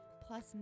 plus